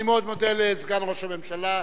אני מאוד מודה לסגן ראש הממשלה.